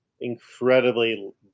incredibly